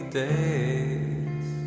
days